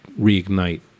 reignite